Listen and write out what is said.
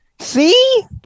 See